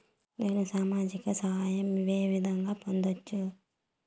నేను సామాజిక సహాయం వే విధంగా పొందొచ్చు?